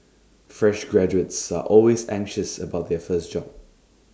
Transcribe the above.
fresh graduates are always anxious about their first job